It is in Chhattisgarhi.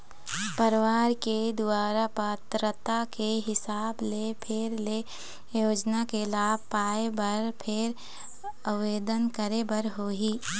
परवार के दुवारा पात्रता के हिसाब ले फेर ले योजना के लाभ पाए बर फेर आबेदन करे बर होही